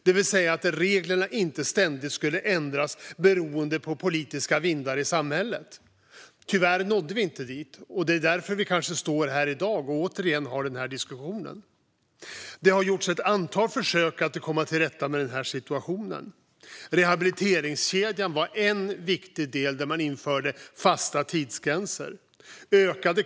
Det handlade om att reglerna inte ständigt skulle ändras beroende på politiska vindar i samhället. Tyvärr nådde vi inte dit, och det är kanske därför vi står här i dag och återigen har den här diskussionen. Det har gjorts ett antal försök att komma till rätta med den här situationen. Rehabiliteringskedjan var en viktig del. Man införde fasta tidsgränser.